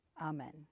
Amen